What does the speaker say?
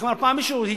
איך אמר פעם מישהו?